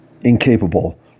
incapable